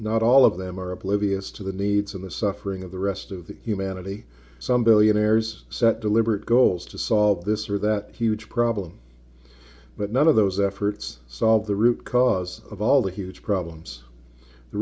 not all of them are oblivious to the needs of the suffering of the rest of the humanity some billionaires set deliberate goals to solve this or that huge problem but none of those efforts solve the root cause of all the huge problems the